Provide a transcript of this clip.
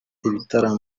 ibitaramo